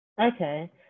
Okay